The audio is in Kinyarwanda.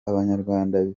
abanyarwanda